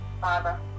Father